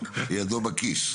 ידו בכיס.